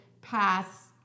pass